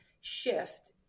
shift